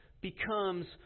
becomes